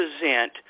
present